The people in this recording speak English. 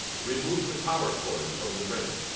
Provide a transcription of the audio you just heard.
remove the power cord from the printer.